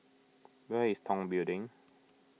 where is Tong Building